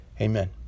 Amen